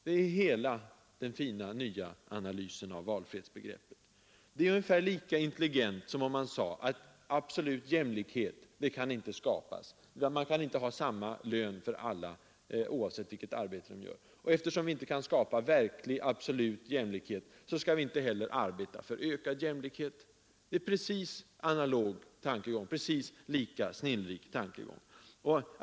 Det är hela den fina nya analysen av valfrihetsbegreppet! Det är ungefär lika intelligent, som om man sade att absolut jä nlikhet inte kan skapas, att man inte kan ha samma lön för alla, oavsett vilket arbete de gör, och att vi, eftersom vi inte kan skapa en verklig och absolut jämlikhet, inte heller skall arbeta för ökad jämlikhet. Det är en precis analog och lika snillrik tankegång.